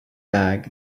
bag